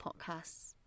podcasts